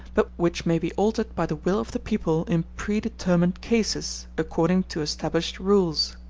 but which may be altered by the will of the people in predetermined cases, according to established rules.